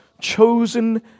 chosen